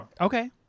Okay